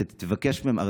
אז תבקש מהם בדיקות,